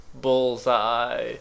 Bullseye